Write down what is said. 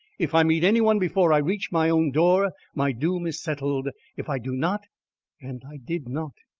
if i meet any one before i reach my own door, my doom is settled. if i do not and i did not.